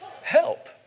Help